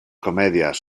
comedias